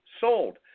sold